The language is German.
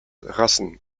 rassen